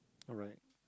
alright